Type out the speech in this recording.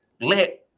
let